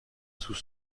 sous